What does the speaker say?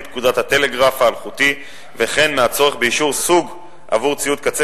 פקודת הטלגרף האלחוטי וכן מהצורך באישור סוג עבור ציוד קצה